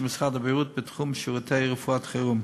משרד הבריאות בתחום שירותי רפואת חירום.